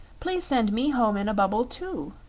please send me home in a bubble, too!